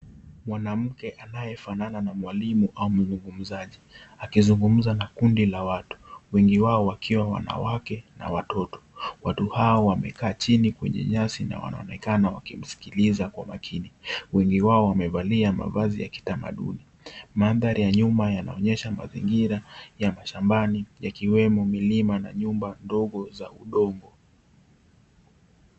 Mwanamke anayefanana na mwalimu au mzungumzaji akizungumza na kundi la watu wengi wao wakiwa wanawake na watoto. Watu hao wamekaa chini kwenye nyasi na wanaonekana wakimsikiliza kwa makini. Wengi wao wamevalia mavazi ya kitamaduni. Mandhari ya nyuma yanaonyesha mazingira ya mashambani yakiwemo milima na nyumba ndogo za Udongo